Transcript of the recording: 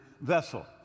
vessel